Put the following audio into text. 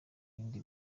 yindi